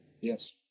Yes